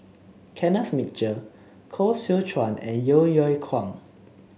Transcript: Kenneth Mitchell Koh Seow Chuan and Yeo Yeow Kwang